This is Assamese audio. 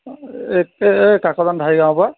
এই কাকজান ধাৰিগাঁৱৰ পৰা